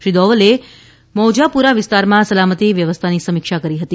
શ્રી દોવલે મૌજાપૂરા વિસ્તારમાં સલામતિ વ્યવસ્થાની સમિક્ષા કરી હતી